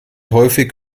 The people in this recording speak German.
häufig